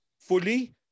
fully